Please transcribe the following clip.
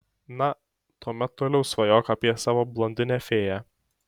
na tuomet toliau svajok apie savo blondinę fėją